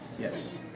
Yes